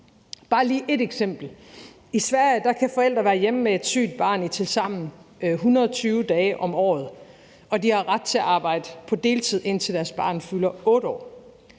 et enkelt eksempel. I Sverige kan forældre være hjemme med et sygt barn i tilsammen 120 dage om året, og de har ret til at arbejde på deltid, indtil deres barn fylder 8 år.